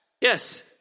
Yes